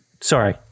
Sorry